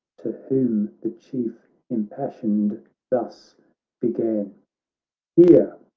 to whom the chief impassioned thus began hear,